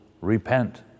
repent